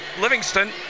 Livingston